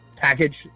package